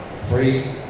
Three